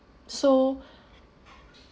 so